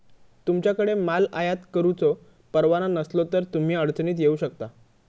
तुमच्याकडे माल आयात करुचो परवाना नसलो तर तुम्ही अडचणीत येऊ शकता